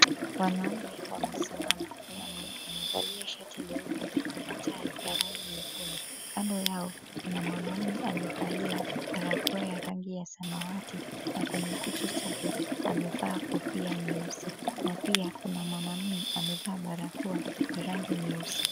Wanaume wamesimama kuna mwenye amevalia shati leupe na tai ya rangi nyekundu. Kando yao kuna mwanaume amevalia barakoa ya rangi ya samawati na kwenye kichwa chake amevaa kofia nyeusi na pia kuna mwanaume amevaa barakoa ya rangi nyeusi.